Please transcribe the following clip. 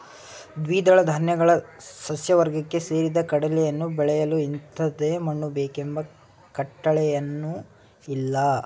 ದ್ವಿದಳ ಧಾನ್ಯಗಳ ಸಸ್ಯವರ್ಗಕ್ಕೆ ಸೇರಿದ ಕಡಲೆಯನ್ನು ಬೆಳೆಯಲು ಇಂಥದೇ ಮಣ್ಣು ಬೇಕೆಂಬ ಕಟ್ಟಳೆಯೇನೂಇಲ್ಲ